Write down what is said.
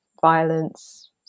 violence